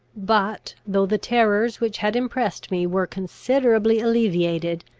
but though the terrors which had impressed me were considerably alleviated,